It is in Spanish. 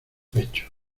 pecho